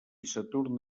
saturn